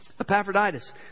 Epaphroditus